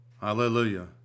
Hallelujah